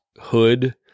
hood